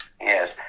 Yes